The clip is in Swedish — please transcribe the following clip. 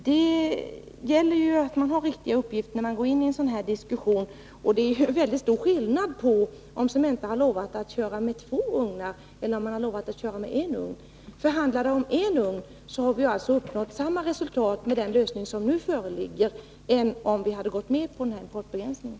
Det är viktigt att man har det när man går in i en sådan här diskussion. Det är ju en väldigt stor skillnad på om Cementa har lovat att köra med två ugnar eller med en ugn. Handlar det om en ugn, har vi med den lösning som nu föreligger uppnått samma resultat som om vi hade gått med på den här importbegränsningen.